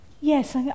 Yes